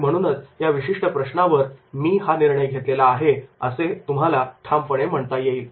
आणि म्हणूनच या विशिष्ट प्रश्नावर 'मी हा निर्णय घेतलेला आहे' असे तुम्हाला म्हणता येईल